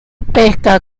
pesca